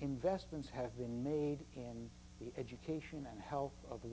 investments have been made in the education and health of